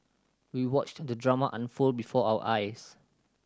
we watched the drama unfold before our eyes